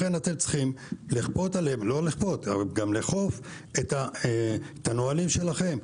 לכן אתם צריכים לאכוף את הנהלים שלכם.